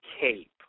cape